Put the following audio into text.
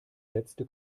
setzte